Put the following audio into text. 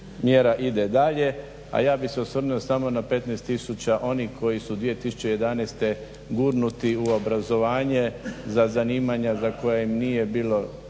mjera ide dalje, a ja bih se osvrnuo samo na 15 tisuća onih koji su 2011.gurnuti u obrazovanje za zanimanja za koja im nije bilo